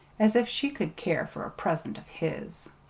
as if she could care for a present of his!